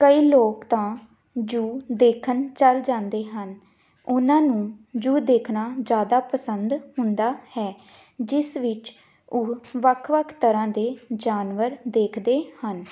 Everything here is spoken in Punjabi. ਕਈ ਲੋਕ ਤਾਂ ਜੂ ਦੇਖਣ ਚੱਲ ਜਾਂਦੇ ਹਨ ਉਹਨਾਂ ਨੂੰ ਜੂ ਦੇਖਣਾ ਜ਼ਿਆਦਾ ਪਸੰਦ ਹੁੰਦਾ ਹੈ ਜਿਸ ਵਿੱਚ ਉਹ ਵੱਖ ਵੱਖ ਤਰ੍ਹਾਂ ਦੇ ਜਾਨਵਰ ਦੇਖਦੇ ਹਨ